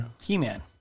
He-Man